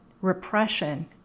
repression